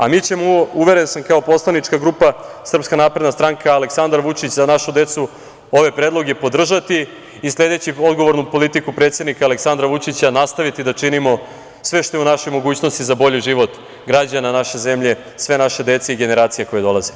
A mi ćemo, uveren sam, kao poslanička grupa SNS, Aleksandar Vučić – Za našu decu, ove predloge podržati i sledeći odgovornu politiku predsednika Aleksandra Vučića nastaviti da činimo sve što je u našoj mogućnosti za bolji život građana naše zemlje, sve naše dece i generacija koje dolaze.